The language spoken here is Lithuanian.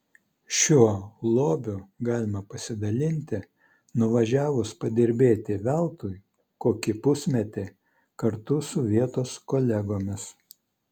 šiuo lobiu galima pasidalinti nuvažiavus padirbėti veltui kokį pusmetį kartu su vietos kolegomis